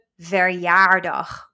verjaardag